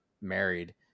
married